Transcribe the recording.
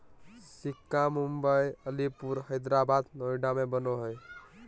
सिक्का मुम्बई, अलीपुर, हैदराबाद, नोएडा में बनो हइ